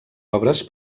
obres